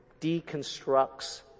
deconstructs